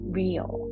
real